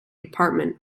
department